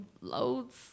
loads